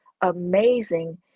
amazing